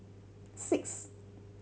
six